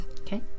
Okay